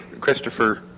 Christopher